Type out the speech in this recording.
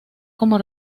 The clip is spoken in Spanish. como